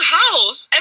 house